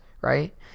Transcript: right